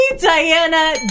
Diana